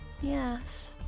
Yes